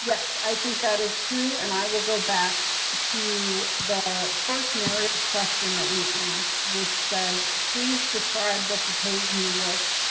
i think that is true. and i will go back to the first narrative question that we asked, which says please describe the proposed new work,